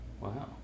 Wow